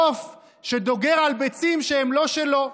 עוף שדוגר על ביצים שהן לא שלו,